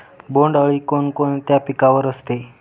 बोंडअळी कोणकोणत्या पिकावर असते?